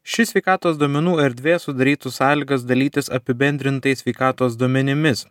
ši sveikatos duomenų erdvė sudarytų sąlygas dalytis apibendrintai sveikatos duomenimis